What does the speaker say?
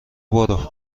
برو